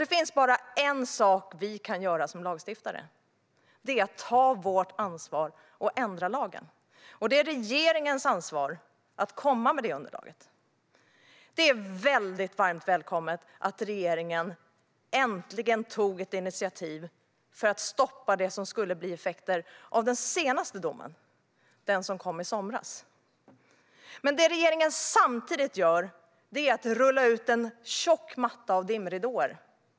Det finns bara en sak som vi som lagstiftare kan göra. Det är att ta vårt ansvar och ändra lagen. Regeringens ansvar är att komma med ett underlag för det. Jag välkomnar varmt att regeringen äntligen har tagit initiativ till att stoppa det som skulle bli effekten av den senaste domen, som kom i somras. Samtidigt rullar regeringen ut en tjock matta av dimridåer.